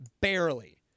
Barely